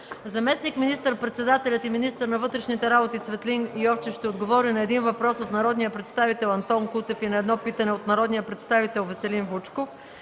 Заместник министър-председателят и министър на вътрешните работи Цветлин Йовчев ще отговори на един въпрос от народния представител Антон Кутев и на едно питане от народния представител Веселин Вучков.